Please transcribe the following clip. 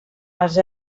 els